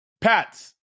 Pats